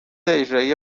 اجرایی